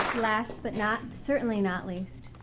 last but not certainly not least